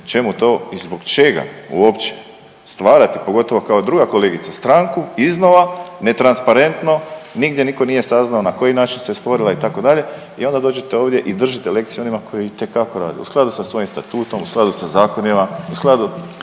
čemu to i zbog čega uopće stvarati, pogotovo kao druga kolegica stranku iznova netransparentno, nigdje niko nije saznao na koji način se stvorila itd. i onda dođete ovdje i držite lekciju onima koji itekako rade u skladu sa svojim statutom u skladu sa zakonima u skladu